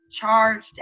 charged